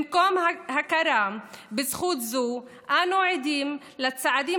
במקום הכרה בזכות זו אנו עדים לצעדים